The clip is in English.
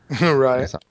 Right